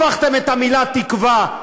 הפכתם את המילים תקווה,